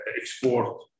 export